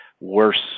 worse